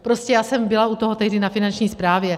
Prostě já jsem byla u toho tehdy na Finanční správě.